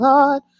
Lord